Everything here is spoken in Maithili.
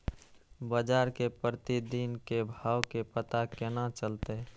बजार के प्रतिदिन के भाव के पता केना चलते?